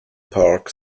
park